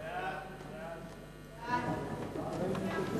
מי נמנע?